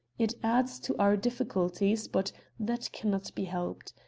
it adds to our difficulties, but that can not be helped.